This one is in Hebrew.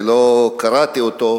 ולא קראתי אותו.